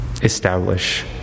establish